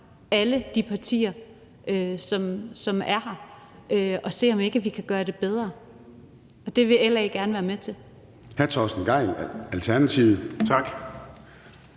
alle de partier, som er med – og se, om ikke vi kan gøre det bedre. Og det vil LA gerne være med til.